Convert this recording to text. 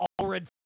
Allred